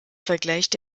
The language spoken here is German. vergleicht